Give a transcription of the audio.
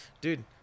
Dude